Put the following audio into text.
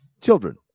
children